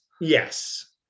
yes